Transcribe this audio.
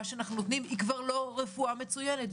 שאנחנו נותנים היא כבר לא רפואה מצוינת,